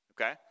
okay